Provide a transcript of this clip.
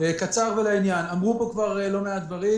קצר ולעניין: אמרו פה כבר לא מעט דברים,